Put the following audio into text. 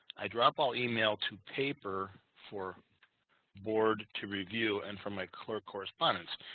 i drop all email to paper for board to review and for my clerk correspondence.